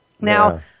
now